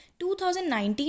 2019